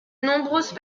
nombreuses